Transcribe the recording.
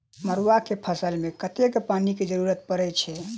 मड़ुआ केँ फसल मे कतेक पानि केँ जरूरत परै छैय?